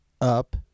up